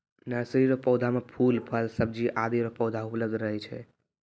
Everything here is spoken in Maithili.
नर्सरी रो पौधा मे फूल, फल, सब्जी आदि रो पौधा उपलब्ध रहै छै